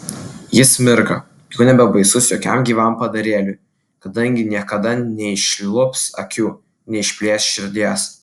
jis mirga jau nebebaisus jokiam gyvam padarėliui kadangi niekada neišlups akių neišplėš širdies